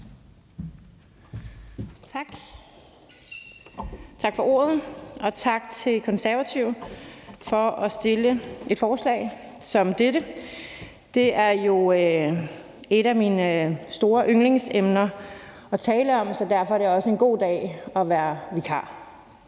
(S): Tak for ordet, og tak til Konservative for at fremsætte et forslag som dette. Det er jo et af mine store yndlingsemner at tale om, så derfor er det også en god dag at være vikar.